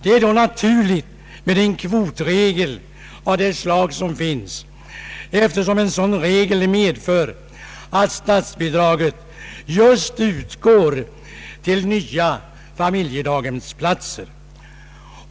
Det är då naturligt med en kvotregel av det slag som finns, eftersom en sådan regel medför att statsbidraget utgår just till nya familjedaghemsplatser.